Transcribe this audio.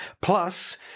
Plus